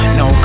no